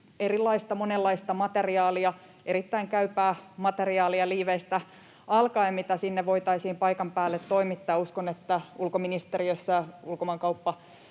monenlaista erilaista materiaalia, erittäin käypää materiaalia liiveistä alkaen, mitä voitaisiin sinne paikan päälle toimittaa. Uskon, että ulkoministeriössä ulkomaankauppa‑